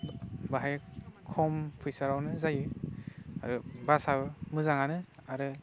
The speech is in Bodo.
बाहाय खम फैसारावनो जायो आरो बासा मोजांआनो आरो